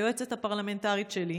היועצת הפרלמנטרית שלי,